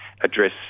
Address